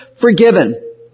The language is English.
forgiven